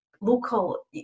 local